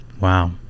Wow